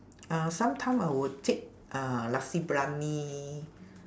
uh sometime I will take uh nasi briyani